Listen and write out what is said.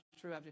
true